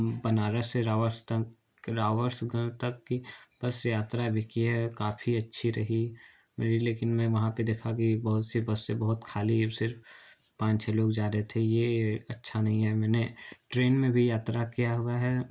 बनारस से के के बस यात्रा भी की है काफ़ी अच्छी रही मेरी लेकिन मैं वहाँ देखा कि बहुत सी बसें बहुत खाली हैं सिर्फ पाँच छः लोग जा रहे थे अच्छा नहीं है मैंने ट्रेन में भी यात्रा किया हुआ है